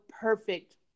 perfect